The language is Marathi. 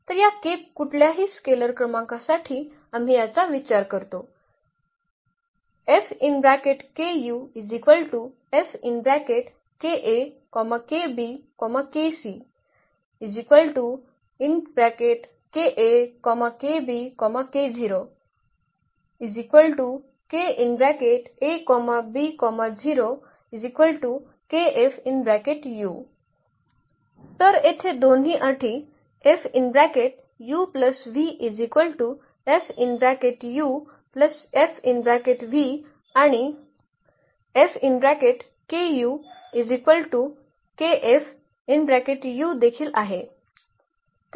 तर या k कुठल्याही स्केलर क्रमांकासाठी आम्ही याचा विचार करतो तर येथे दोन्ही अटी आणि देखील आहेत